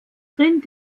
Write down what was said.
rind